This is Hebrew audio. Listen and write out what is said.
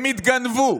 הם התגנבו,